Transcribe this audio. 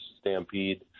Stampede